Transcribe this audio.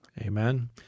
Amen